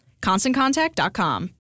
ConstantContact.com